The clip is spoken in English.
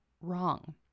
wrong